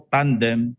Tandem